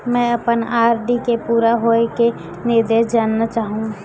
मैं अपन आर.डी के पूरा होये के निर्देश जानना चाहहु